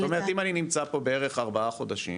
זאת אומרת, אם אני נמצא פה בערך ארבעה חודשים,